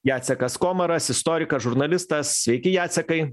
jacekas komaras istorikas žurnalistas sveiki jacekai